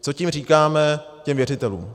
Co tím říkáme těm věřitelům?